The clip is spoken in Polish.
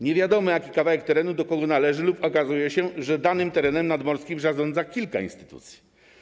Nie wiadomo, jaki kawałek terenu do kogo należy lub okazuje się, że danym terenem nadmorskim zarządza kilka instytucji.